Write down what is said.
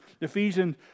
Ephesians